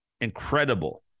incredible